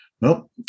nope